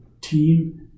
team